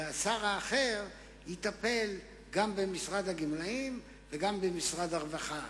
והשר האחר יטפל גם במשרד הגמלאים וגם במשרד הרווחה,